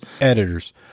Editors